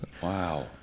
Wow